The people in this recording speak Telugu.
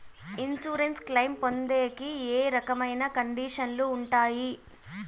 ఇన్సూరెన్సు క్లెయిమ్ పొందేకి ఏ రకమైన కండిషన్లు ఉంటాయి?